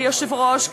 היושב-ראש,